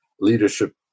leadership